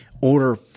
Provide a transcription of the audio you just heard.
order –